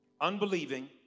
unbelieving